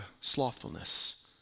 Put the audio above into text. slothfulness